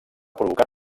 provocat